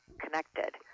connected